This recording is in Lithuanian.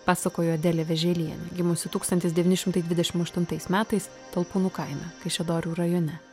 pasakojo adelė veželienė gimusi tūkstantis devyni šimtai dvidešim aštuntais metais tolkūnų kaime kaišiadorių rajone